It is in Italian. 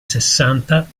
sessanta